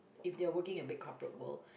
if they are working in big corporate world